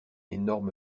énorme